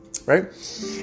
Right